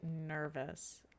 nervous